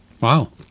Wow